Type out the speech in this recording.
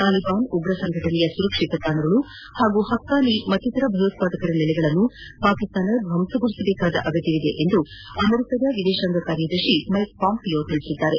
ತಾಲೀಬಾನ್ ಉಗ್ರ ಸಂಘಟನೆಯ ಸುರಕ್ಷಿತ ತಾಣಗಳು ಹಾಗೂ ಹಕ್ಕಾನಿ ಮತ್ತಿತರ ಭಯೋತ್ಪಾದಕರ ನೆಲೆಗಳನ್ನು ಪಾಕಿಸ್ತಾನ ದ್ವಂಸಗೊಳಿಸುವ ಅಗತ್ಖವಿದೆ ಎಂದು ಅಮೆರಿಕ ವಿದೇಶಾಂಗ ಕಾರ್ಯದರ್ಶಿ ಮೈಕ್ ಪಾಂಪಿಯೋ ತಿಳಿಸಿದ್ದಾರೆ